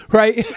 right